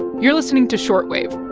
you're listening to short wave